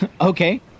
Okay